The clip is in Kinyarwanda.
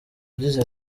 agize